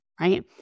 right